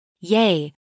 Yay